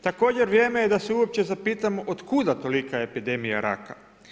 Također vrijeme je da se uopće zapitamo otkuda tolika epidemija raka.